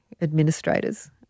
administrators